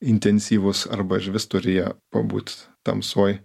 intensyvus arba išvis turi jie pabūt tamsoj